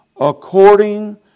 according